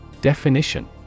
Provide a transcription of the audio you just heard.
Definition